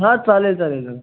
हां चालेल चालेल काका